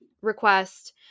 request